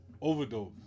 Overdose